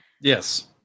Yes